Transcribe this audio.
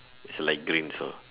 is light green also